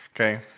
Okay